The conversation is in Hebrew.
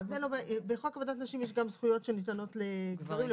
בחוק עבודת נשים יש גם זכויות שניתנות לגברים.